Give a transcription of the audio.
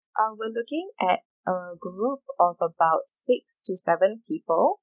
uh we're looking at a group of about six to seven people